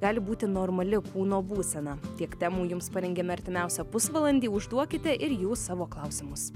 gali būti normali kūno būsena tiek temų jums parengėme artimiausią pusvalandį užduokite ir jūs savo klausimus